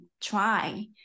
try